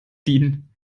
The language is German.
dienen